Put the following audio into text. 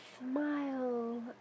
Smile